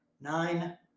Nine